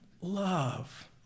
love